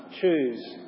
choose